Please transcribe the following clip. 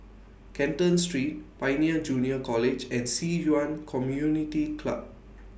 Canton Street Pioneer Junior College and Ci Yuan Community Club